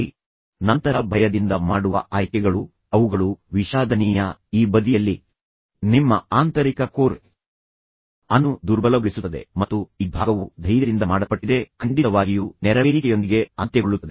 ಇತ್ಯಾದಿ ಮತ್ತು ನಂತರ ನೀವು ಭಯದಿಂದ ಮಾಡುವ ಆಯ್ಕೆಗಳು ನಂತರ ಅವುಗಳು ವಿಷಾದನೀಯ ಈ ಬದಿಯಲ್ಲಿ ಅದು ನಿಮ್ಮ ಆಂತರಿಕ ಕೋರ್ ಅನ್ನು ದುರ್ಬಲಗೊಳಿಸುತ್ತದೆ ಮತ್ತು ಈ ಭಾಗವು ಧೈರ್ಯದಿಂದ ಮಾಡಲ್ಪಟ್ಟಿದೆ ಮತ್ತು ಇದು ಖಂಡಿತವಾಗಿಯೂ ನೆರವೇರಿಕೆಯೊಂದಿಗೆ ಅಂತ್ಯಗೊಳ್ಳುತ್ತದೆ